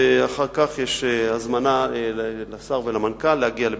אחר כך יש הזמנה לשר ולמנכ"ל להגיע לבית-הספר.